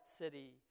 city